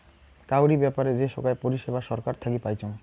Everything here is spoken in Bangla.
কাউরি ব্যাপারে যে সোগায় পরিষেবা ছরকার থাকি পাইচুঙ